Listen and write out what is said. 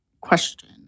question